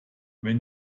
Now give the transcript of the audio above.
wenn